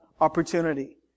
opportunity